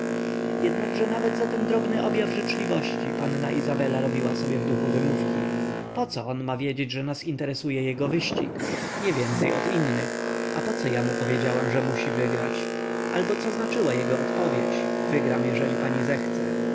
łaskawie jednakże nawet za ten drobny objaw życzliwości panna izabela robiła sobie w duchu wymówki poco on ma wiedzieć że nas interesuje jego wyścig niewięcej od innych a poco ja mu powiedziałam że musi wygrać albo co znaczyła jego odpowiedź wygram jeżeli pani zechce